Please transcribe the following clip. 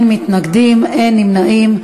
בעד, 8, אין מתנגדים ואין נמנעים.